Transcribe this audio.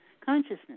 consciousness